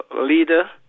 leader